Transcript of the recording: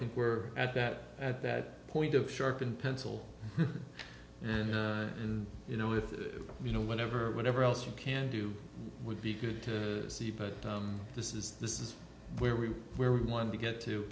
think we're at that at that point of sharpened pencil and and you know if you know whatever whatever else you can do would be good to see but this is this is where we where we want to get to